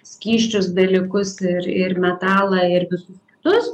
skysčius dalykus ir ir metalą ir visus kitus